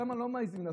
שם לא מעיזים לעשות.